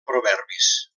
proverbis